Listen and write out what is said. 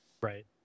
Right